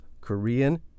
Korean